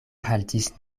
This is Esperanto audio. haltis